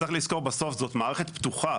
צריך לזכור, בסוף זאת מערכת פתוחה.